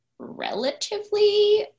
relatively